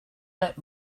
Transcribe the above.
let